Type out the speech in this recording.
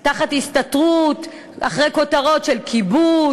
בהסתתרות מאחורי כותרות של "כיבוש",